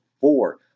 four